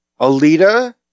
Alita